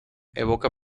evoca